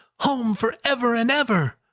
home, for ever and ever.